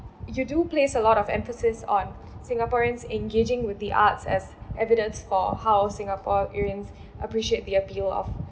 you do place a lot of emphasis on singaporeans engaging with the arts as evidence for how singaporeans appreciate the appeal of